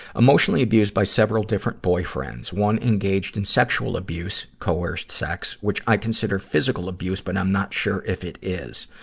emotionally abused by several different boyfriends. one engaged in sexual abuse coerced sex which i consider physical abuse, but i'm not sure if it is.